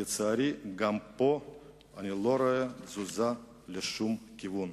ולצערי גם פה אני לא רואה תזוזה לשום כיוון.